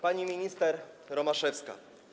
Pani Minister Romaszewska!